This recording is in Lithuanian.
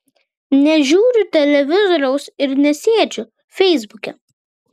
nežiūriu televizoriaus ir nesėdžiu feisbuke